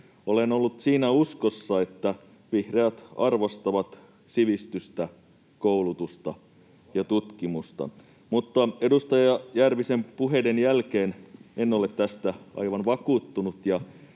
Olen ollut siinä uskossa, että vihreät arvostavat sivistystä, koulutusta ja tutkimusta, mutta edustaja Järvisen puheiden jälkeen en ole tästä aivan vakuuttunut,